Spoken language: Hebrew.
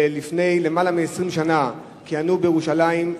לפני למעלה מ-20 שנה כיהנו בירושלים,